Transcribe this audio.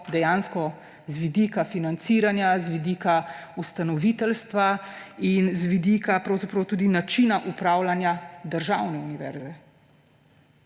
dejansko z vidika financiranja, z vidika ustanoviteljstva in z vidika tudi načina upravljanja državne univerze.